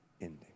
ending